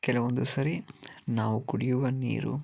ಕೆಲವೊಂದು ಸರಿ ನಾವು ಕುಡಿಯುವ ನೀರು